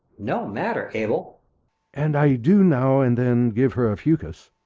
no matter, abel and i do now and then give her a fucus